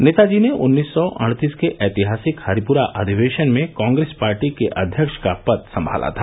नेताजी ने उन्नीस सौ अड़तीस के ऐतिहासिक हरिपुरा अधिवेशन में कांग्रेस पार्टी के अध्यक्ष का पद संभाला था